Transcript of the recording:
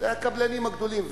הקבלנים הגדולים.